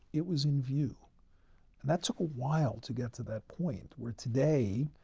it was in view. and that took a while to get to that point. where today,